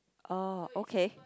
uh okay